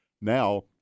Now